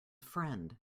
friend